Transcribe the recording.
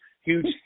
huge